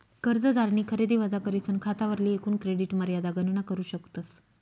कर्जदारनी खरेदी वजा करीसन खातावरली एकूण क्रेडिट मर्यादा गणना करू शकतस